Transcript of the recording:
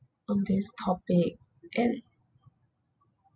on this topic and